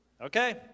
Okay